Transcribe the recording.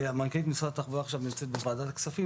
מנכ"לית משרד התחבורה עכשיו נמצאת בוועדת הכספים